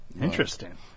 Interesting